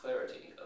clarity